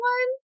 one